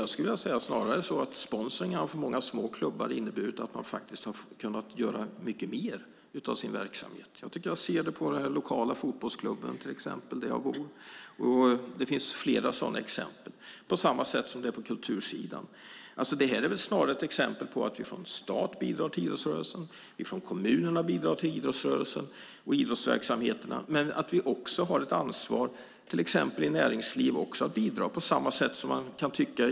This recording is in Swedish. Jag skulle snarare vilja säga att sponsring för många små klubbar har inneburit att man har kunnat göra mycket mer av sin verksamhet. Jag tycker att jag ser det på den lokala fotbollsklubben där jag bor, och det finns flera sådana exempel. Det är likadant på kultursidan. Det här är väl ett exempel på att näringslivet också har ett ansvar att bidra till idrottsrörelsen lika väl som vi från staten och kommunen bidrar.